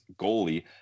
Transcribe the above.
goalie